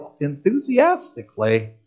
enthusiastically